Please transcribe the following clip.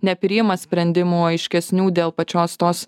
nepriima sprendimų aiškesnių dėl pačios tos